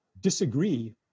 disagree